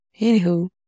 Anywho